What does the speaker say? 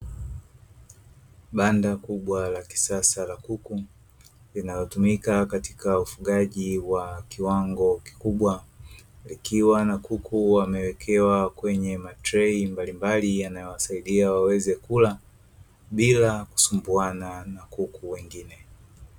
Banda kubwa la kisasa la kuku linalotumika katika ufugaji wa kiwango kikubwa likiwa na kuku wamewekewa kwenye matrei mbalimbali yanayowasaidia waweze kula bila kusumbuana na kuku wengine.